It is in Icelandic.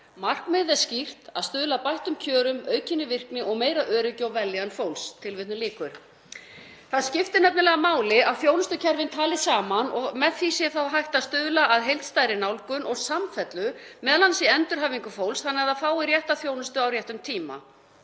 Markmiðið er skýrt: Að stuðla að bættum kjörum, aukinni virkni og meira öryggi og vellíðan fólks.“ Það skiptir nefnilega máli að þjónustukerfin tali saman og með því sé þá hægt að stuðla að heildstæðri nálgun og samfellu, m.a. í endurhæfingu fólks þannig að það fái rétta þjónustu á réttum tíma.